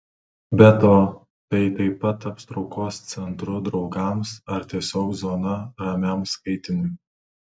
be to tai tai taps traukos centru draugams ar tiesiog zona ramiam skaitymui